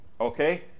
Okay